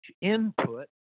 input